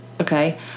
Okay